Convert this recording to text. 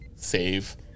save